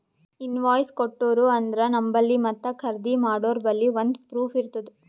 invoice ಕೊಟ್ಟೂರು ಅಂದ್ರ ನಂಬಲ್ಲಿ ಮತ್ತ ಖರ್ದಿ ಮಾಡೋರ್ಬಲ್ಲಿ ಒಂದ್ ಪ್ರೂಫ್ ಇರ್ತುದ್